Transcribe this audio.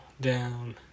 down